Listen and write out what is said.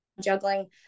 juggling